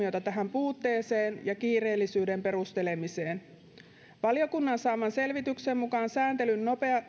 puutteeseen ja kiireellisyyden perustelemiseen valiokunnan saaman selvityksen mukaan sääntelyn